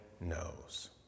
Knows